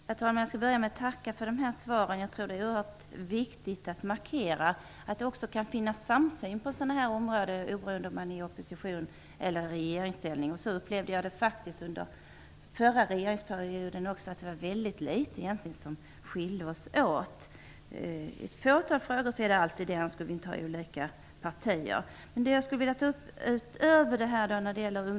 Herr talman! Jag vill börja med att tacka för svaren. Det är oerhört viktigt att markera att det också kan finnas samsyn på vissa områden, oberoende av om man befinner sig i opposition eller i regeringsställning. Så upplevde jag det också under den förra regeringsperioden. Det var egentligen väldigt litet som skilde oss åt. Naturligtvis skiljer vi oss alltid i ett fåtal frågor - annars skulle vi inte ha olika partier.